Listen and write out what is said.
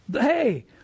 Hey